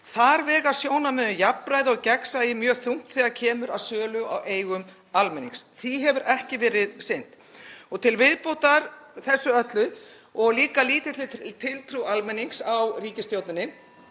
Þar vega sjónarmið um jafnræði og gegnsæi mjög þungt þegar kemur að sölu á eigum almennings. Því hefur ekki verið sinnt. Og til viðbótar þessu öllu og líka lítilli tiltrú almennings á ríkisstjórninni